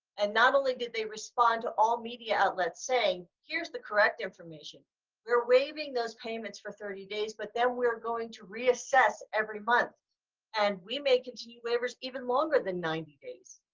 and not only did they respond to all media outlets saying, here's the correct information we're waiving those payments for thirty days but then we're going to reassess every month and we may continue waivers even longer than ninety days.